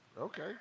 Okay